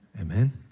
Amen